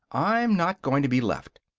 i'm not going to be left.